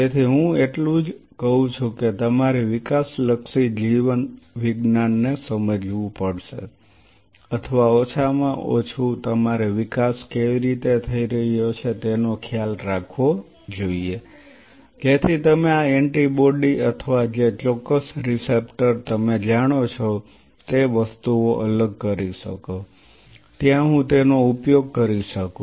તેથી હું એટલું જ કહું છું કે તમારે વિકાસલક્ષી જીવવિજ્ઞાન ને સમજવું પડશે અથવા ઓછામાં ઓછું તમારે વિકાસ કેવી રીતે થઈ રહ્યો છે તેનો ખ્યાલ રાખવો જોઈએ જેથી તમે આ એન્ટિબોડી અથવા જે ચોક્કસ રીસેપ્ટર તમે જાણો છો તે વસ્તુઓ અલગ કરી શકો ત્યાં હું તેનો ઉપયોગ કરી શકું